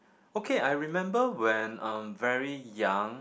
okay I remember when I'm very young